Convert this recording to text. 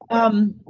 um,